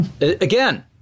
Again